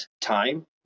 time